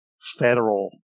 federal